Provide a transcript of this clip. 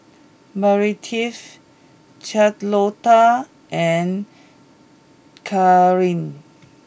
Meredith Charlotta and Carlyn